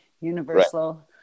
universal